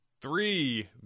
Three